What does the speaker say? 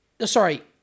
sorry